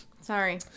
Sorry